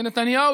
ונתניהו,